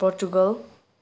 Portugal